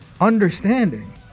understanding